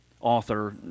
Author